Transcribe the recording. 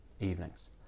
evenings